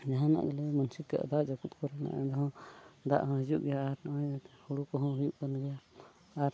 ᱡᱟᱦᱟᱱᱟᱜ ᱜᱮᱞᱮ ᱢᱟᱹᱱᱥᱤᱠ ᱠᱟᱜ ᱠᱷᱟᱡ ᱡᱟᱹᱯᱩᱫ ᱠᱚᱨᱮᱱᱟᱜ ᱦᱚᱸ ᱫᱟᱜ ᱦᱚᱸ ᱦᱤᱡᱩᱜ ᱜᱮᱭᱟ ᱟᱨ ᱱᱚᱜᱼᱚᱭ ᱦᱩᱲᱩ ᱠᱚᱦᱚᱸ ᱦᱩᱭᱩᱜ ᱠᱟᱱ ᱜᱮᱭᱟ ᱟᱨ